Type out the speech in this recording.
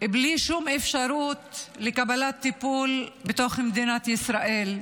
בלי שום אפשרות לקבלת טיפול בתוך מדינת ישראל.